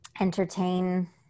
entertain